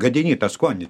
gadini tą skonį